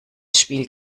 spiel